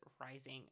rising